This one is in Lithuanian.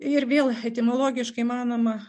ir vėl etimologiškai manoma